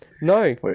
No